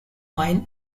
mile